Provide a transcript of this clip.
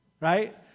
Right